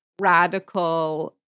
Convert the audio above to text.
radical